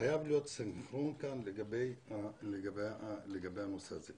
חייב להיות סנכרון לגבי הנושא הזה.